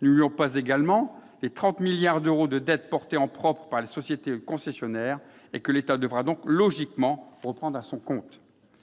N'oublions pas non plus les 30 milliards d'euros de dettes portées en propre par les sociétés concessionnaires, que l'État devra donc logiquement reprendre à son compte.